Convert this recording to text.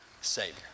savior